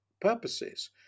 purposes